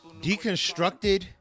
Deconstructed